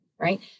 right